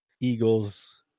Eagles